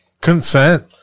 Consent